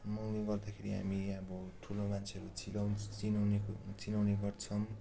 मगनी गर्दाखेरि हामी अब ठुलो मान्छेहरू चिनाउ चिनाउनेको चिनाउने गर्छौँ